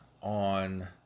on